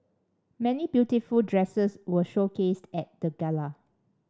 many beautiful dresses were showcased at the gala